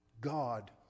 God